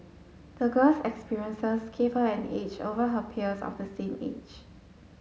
the girl's experiences gave her an edge over her peers of the same age